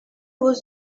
was